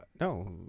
no